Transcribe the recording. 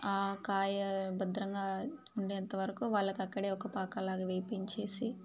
ఆ కాయ భద్రంగా ఉండేంతవరకు వాళ్ళకి అక్కడే ఒక పాకలాగ వేపించేసి